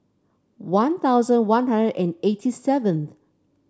One Thousand One Hundred and eight seventh